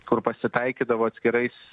kur pasitaikydavo atskirais